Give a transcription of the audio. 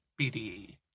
BDE